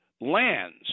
lands